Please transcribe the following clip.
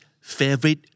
favorite